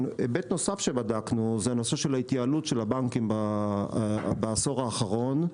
היבט נוסף שבדקנו הוא ההתייעלות של הבנקים בעשור האחרון.